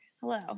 hello